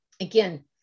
again